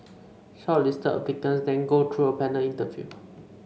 shortlisted applicants then go through a panel interview